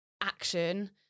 action